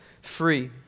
free